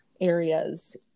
areas